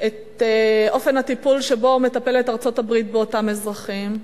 את אופן הטיפול של ארצות-הברית באותם אזרחים,